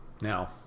Now